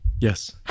Yes